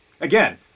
again